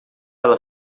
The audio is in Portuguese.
ela